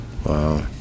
Wow